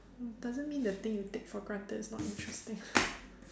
doesn't mean the thing you take for granted is not interesting